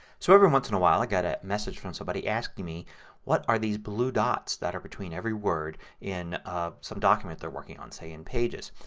so every once in a while i get a message from somebody asking me what at these blue dots that are between every word in some document they are working on say in pages.